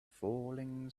falling